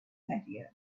patio